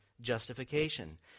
justification